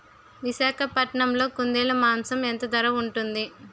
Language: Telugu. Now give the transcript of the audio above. విశాఖపట్నంలో కుందేలు మాంసం ఎంత ధర ఉంటుంది?